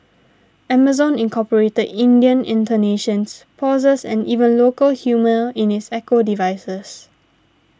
Amazon incorporated Indian intonations pauses and even local humour in its Echo devices